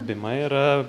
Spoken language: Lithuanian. bima yra